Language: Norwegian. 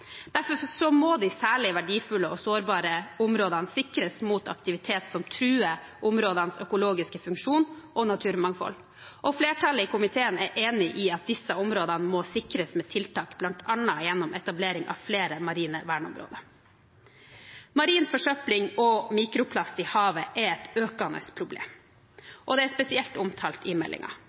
må de særlig verdifulle og sårbare områdene sikres mot aktivitet som truer områdenes økologiske funksjon og naturmangfold. Flertallet i komiteen er enig i at disse områdene må sikres med tiltak, bl.a. gjennom etablering av flere marine verneområder. Marin forsøpling og mikroplast i havet er et økende problem. Det er spesielt omtalt i